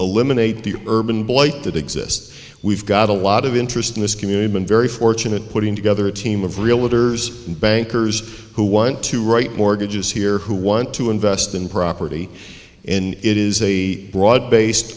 eliminate the urban blight that exists we've got a lot of interest in this community been very fortunate putting together a team of realtors and bankers who want to write mortgages here who want to invest in property and it is a broad based